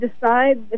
decide